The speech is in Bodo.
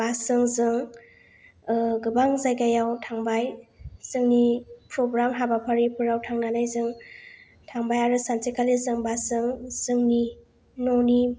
बास जों जों गोबां जायगायाव थांबाय जोंनि फ्रग्राम हाबाफारिफोराव थांनानै जों थांबाय आरो सानसेखालि जों बास जों जोंनि न'नि